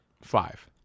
Five